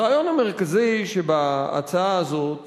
הרעיון המרכזי שבהצעה הזאת